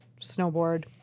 snowboard